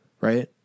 right